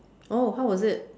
oh how was it